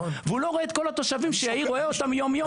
והוא לא רואה את כל התושבים שיאיר רואה אותם יום-יום.